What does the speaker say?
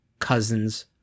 cousins